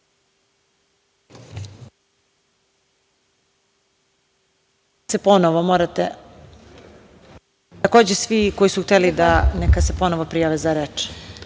Hvala.